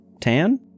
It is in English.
tan